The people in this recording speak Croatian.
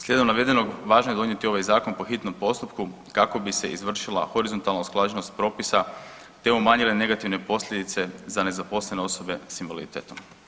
Slijedom navedenog važno je donijeti ovaj zakon po hitnom postupku kako bi se izvršila horizontalna usklađenost propisa, te umanjile negativne posljedice za nezaposlene osobe sa invaliditetom.